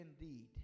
indeed